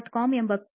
ಕಾಮ್ideo